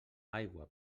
aigua